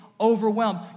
overwhelmed